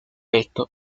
esto